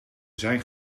zijn